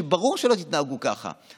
שברור שלא תתנהגו ככה,